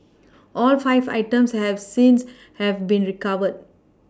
all five items have since have been recovered